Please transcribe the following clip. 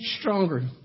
stronger